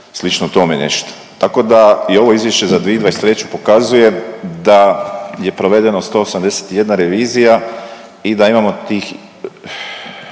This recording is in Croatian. slično tome nešto. Tako da ovo izvješće 2023. pokazuje da je provedeno 181 revizija i da imamo tih